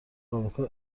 آمریکا